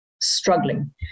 struggling